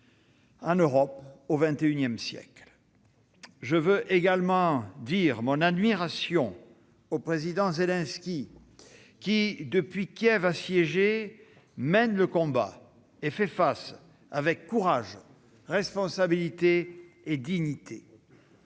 en Europe au XXI siècle. Je veux également dire mon admiration au président Zelensky qui, depuis Kiev assiégée, mène le combat et fait face avec courage, responsabilité et dignité.